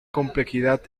complejidad